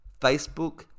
Facebook